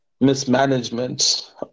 mismanagement